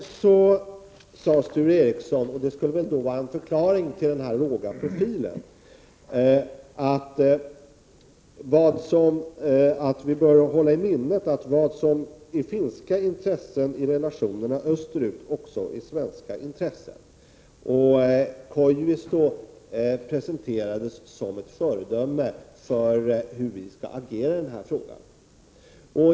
Sedan sade Sture Ericson, och det skulle väl vara en förklaring till den låga profilen, att vi bör hålla i minnet att vad som är finska intressen i relationerna österut också är svenska intressen. Han presenterade president Koivisto som ett föredöme för hur vi skall agera i denna fråga.